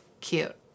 cute